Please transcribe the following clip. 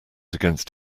against